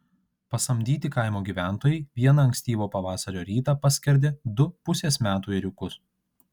pasamdyti kaimo gyventojai vieną ankstyvo pavasario rytą paskerdė du pusės metų ėriukus